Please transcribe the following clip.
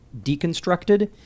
deconstructed